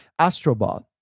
Astrobot